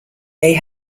they